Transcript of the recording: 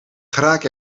geraak